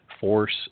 force